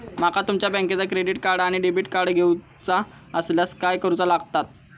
माका तुमच्या बँकेचा क्रेडिट कार्ड किंवा डेबिट कार्ड घेऊचा असल्यास काय करूचा लागताला?